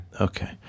okay